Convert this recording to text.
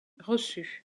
reçues